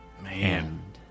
Man